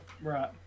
right